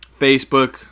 Facebook